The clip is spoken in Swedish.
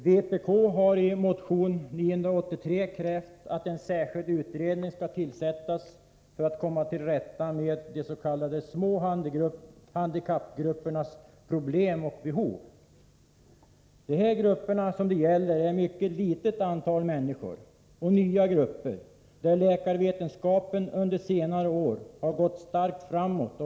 Vpk har i motion 983 krävt att en särskild utredning skall tillsättas för att komma till rätta med de s.k. små handikappgruppernas problem och behov. De grupper som det här gäller omfattar ett mycket litet antal människor. Det rör sig om områden där läkarvetenskapen under senare år har gått starkt framåt.